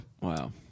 wow